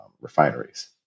refineries